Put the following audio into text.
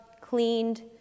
cleaned